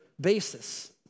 basis